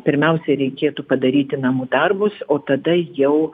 pirmiausiai reikėtų padaryti namų darbus o tada jau